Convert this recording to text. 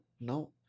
No